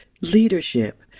leadership